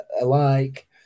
alike